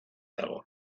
dago